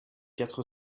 quatre